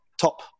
top